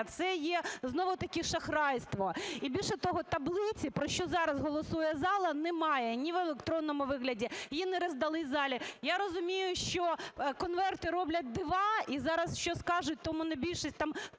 Це є знову-таки шахрайство. І, більше того, таблиці, про що зараз голосує зала, немає ні в електронному вигляді, її не роздали залі. Я розумію, що конверти роблять дива, і зараз що скажуть, то монобільшість тицьне